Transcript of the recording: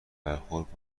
برخورد